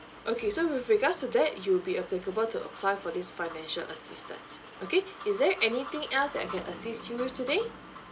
okay so with regards to that you'll be applicable to apply for this financial assistance okay is there anything else I can assist you today